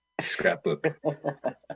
scrapbook